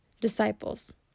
disciples